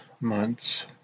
months